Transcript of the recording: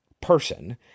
person